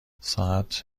ساعت